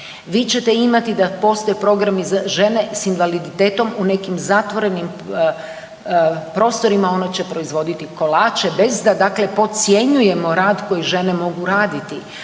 Vi ćete imati da postoje programi za žene s invaliditetom u nekim zatvorenim prostorima, one će proizvoditi kolače bez da dakle podcjenjujemo rad koji žene mogu raditi,